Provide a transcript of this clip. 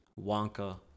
Wonka